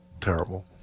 terrible